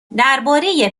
درباره